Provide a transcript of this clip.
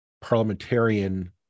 parliamentarian